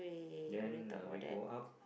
then uh we go up